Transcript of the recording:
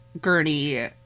Gurney